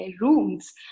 rooms